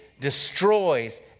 destroys